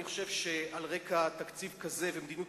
אני חושב שעל רקע תקציב כזה ומדיניות